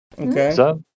Okay